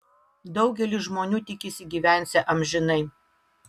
daugelis žmonių tikisi gyvensią amžinai